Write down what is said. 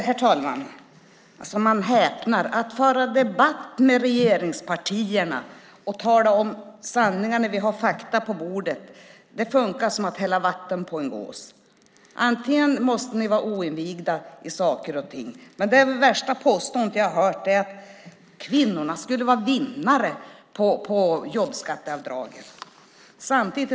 Herr talman! Man häpnar när man för debatt med regeringspartierna och de talar om sanningen när vi har fakta på bordet! Det fungerar som att hälla vatten på en gås. Antagligen är ni oinvigda i saker och ting. Det värsta jag har hört är att kvinnorna skulle vara vinnarna på jobbskatteavdraget! Herr talman!